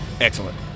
excellent